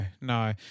no